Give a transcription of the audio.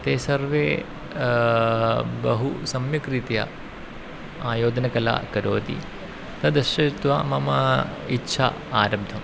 ते सर्वे बहु सम्यक् रीत्या आयोजनकला करोति तद् दर्शयित्वा मम इच्छा आरब्धा